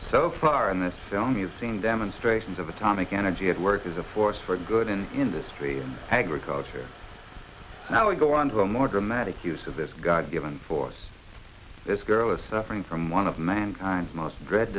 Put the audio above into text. so far in that film you've seen demonstrations of atomic energy at work is a force for good in industry and agriculture and i would go on to a more dramatic use of this god given force this girl is suffering from one of mankind's most grad